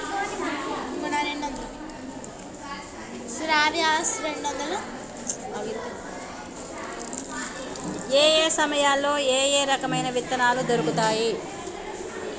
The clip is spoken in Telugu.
ఏయే సమయాల్లో ఏయే రకమైన విత్తనాలు దొరుకుతాయి?